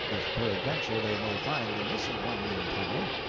if peradventure they may find the missing one meantime.